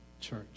church